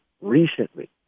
recently